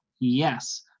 Yes